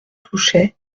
touchet